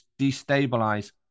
destabilize